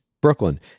Brooklyn